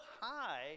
high